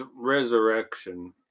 resurrection